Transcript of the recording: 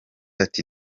ati